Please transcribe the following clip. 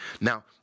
Now